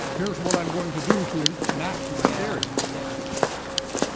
here's what i'm going to do to and enact my theory yeah it's backwards.